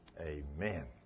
amen